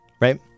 right